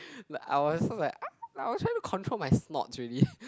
like I was so like !ah! like I was trying to control my snorts already